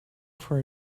for